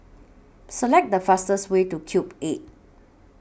Select The fastest Way to Cube eight